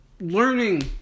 Learning